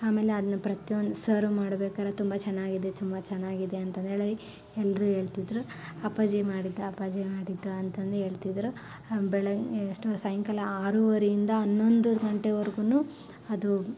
ಆಮೇಲೆ ಅಲ್ಲಿ ಪ್ರತಿಯೊಂದು ಸರ್ವ್ ಮಾಡ್ಬೇಕಾದ್ರೆ ತುಂಬ ಚೆನ್ನಾಗಿದೆ ತುಂಬ ಚೆನ್ನಾಗಿದೆ ಅಂತಂದೇಳಿ ಎಲ್ಲರೂ ಹೇಳ್ತಿದ್ರು ಅಪ್ಪಾಜಿ ಮಾಡಿದ ಅಪ್ಪಾಜಿ ಮಾಡಿದ್ದು ಅಂತಂದು ಹೇಳ್ತಿದ್ರು ಬೆಳ ಎಷ್ಟು ಸಾಯಂಕಾಲ ಆರುವರೆಯಿಂದ ಹನ್ನೊಂದು ಗಂಟೆವರೆಗೂ ಅದು